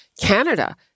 Canada